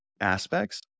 aspects